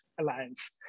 Alliance